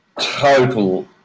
Total